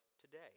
today